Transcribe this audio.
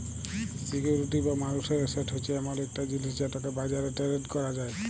security বা মালুসের asset হছে এমল ইকট জিলিস যেটকে বাজারে টেরেড ক্যরা যায়